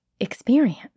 Experience